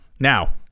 Now